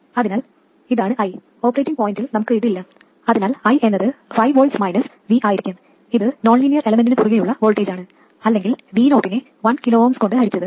അതിനാൽ ഇതാണ് I operating പോയിന്റിൽ നമുക്ക് ഇത് ഇല്ല അതിനാൽ I എന്നത് 5 V മൈനസ് V ആയിരിക്കും ഇത് നോൺലീനിയർ എലമെൻറിന് കുറുകേയുള്ള വോൾട്ടേജാണ് അല്ലെങ്കിൽ V0 നെ 1 kΩകൊണ്ട് ഹരിച്ചത്